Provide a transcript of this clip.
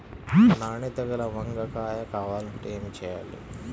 నాణ్యత గల వంగ కాయ కావాలంటే ఏమి చెయ్యాలి?